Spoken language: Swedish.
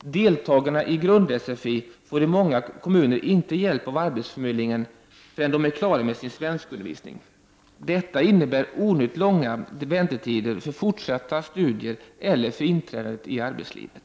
Deltagarna i grund-sfi får i många kommuner inte hjälp av arbetsförmedlingen förrän de är klara med sin svenskundervisning. Detta innebär onödigt långa väntetider inför fortsatta studier eller för inträdandet i arbetslivet.